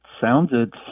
sounded